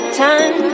time